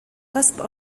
cusp